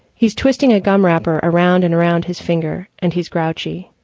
he's twisting a gum wrapper around and around his finger, and he's grouchy.